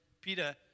Peter